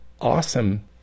awesome